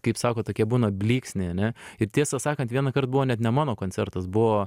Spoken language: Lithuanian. kaip sako tokie būna blyksniai ane ir tiesą sakant vienąkart buvo net ne mano koncertas buvo